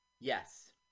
Yes